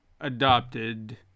adopted